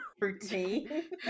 routine